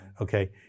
Okay